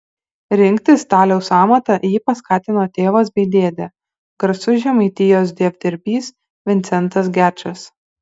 rinktis staliaus amatą jį paskatino tėvas bei dėdė garsus žemaitijos dievdirbys vincentas gečas